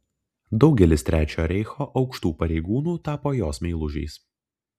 daugelis trečiojo reicho aukštų pareigūnų tapo jos meilužiais